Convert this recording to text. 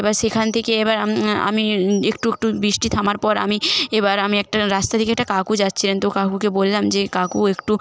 এবার সেখান থেকে এবার আম আ আমি একটু একটু বৃষ্টি থামার পর আমি এবার আমি একটা রাস্তার দিকে একটা কাকু যাচ্ছিলেন তো কাকুকে বললাম যে কাকু একটু